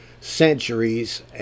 centuries